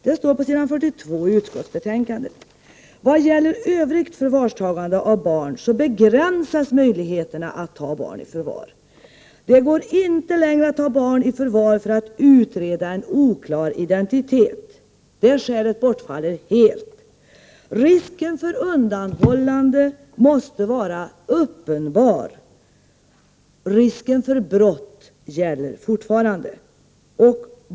Det står på s. 42 i utskottsbetänkandet. Vad gäller övrigt förvarstagande av barn begränsas möjligheterna. Det går inte längre att ta barn i förvar för att utreda en oklar identitet. Det skälet bortfaller helt. Risken för undanhållande måste vara uppenbar. Risken för brott gäller fortfarande.